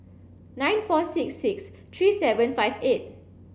nine four six six three seven five eight